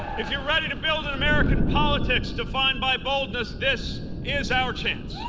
if you are ready to build in american politics defined by boldness, this is our chance.